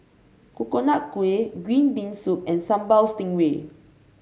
Coconut Kuih Green Bean Soup and Sambal Stingray